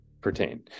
pertain